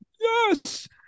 yes